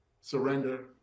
surrender